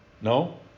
No